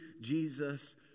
Jesus